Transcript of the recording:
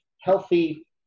healthy